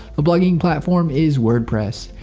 the blogging platform is wordpress.